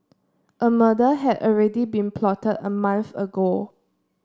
a murder had already been plotted a month ago